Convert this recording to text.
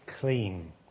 clean